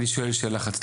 אני שואל שאלה אחת,